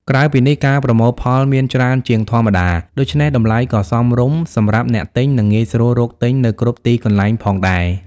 ក្រៅពីនេះ ការប្រមូលផលមានច្រើនជាងធម្មតា ដូច្នេះតម្លៃក៏សមរម្យសម្រាប់អ្នកទិញ ហើយងាយស្រួលរកទិញនៅគ្រប់ទីកន្លែងផងដែរ។